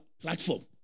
platform